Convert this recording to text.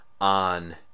on